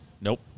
nope